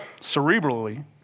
cerebrally